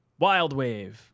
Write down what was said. Wildwave